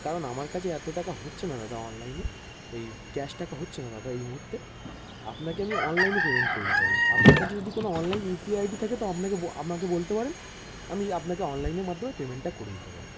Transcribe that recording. কারণ আমার কাছে এত টাকা হচ্ছে না দাদা অনলাইনে এই ক্যাশ টাকা হচ্ছে না দাদা এই মুহূর্তে আপনাকে আমি অনলাইনে পেমেন্ট করে দিতে পারি আপনার কাছে যদি কোনো online U P I D থাকে তো আপনাকে আমাকে বলতে পারেন আমি আপনাকে অনলাইনের মাধ্যমে পেমেন্টটা করে দিতে পারি